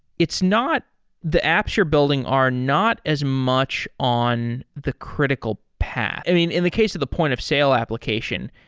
it's not the apps you're building are not as much on the critical path. i mean, in the case of the point-of-sale application,